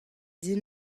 din